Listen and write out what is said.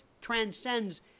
transcends